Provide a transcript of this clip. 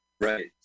Right